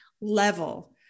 level